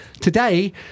today